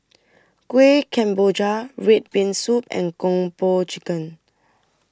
Kueh Kemboja Red Bean Soup and Kung Po Chicken